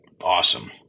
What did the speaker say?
awesome